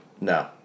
No